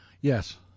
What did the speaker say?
Yes